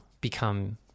become